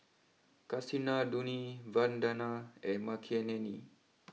Kasinadhuni Vandana and Makineni